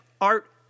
art